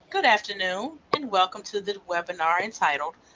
good afternoon and welcome to the webinar entitled,